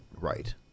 Right